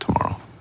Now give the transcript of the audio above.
tomorrow